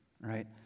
Right